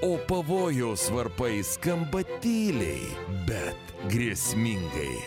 o pavojaus varpai skamba tyliai bet grėsmingai